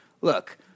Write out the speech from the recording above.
Look